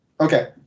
Okay